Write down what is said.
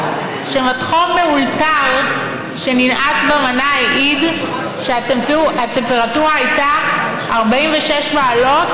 כשמדחום מאולתר שננעץ במנה העיד שהטמפרטורה הייתה 46 מעלות,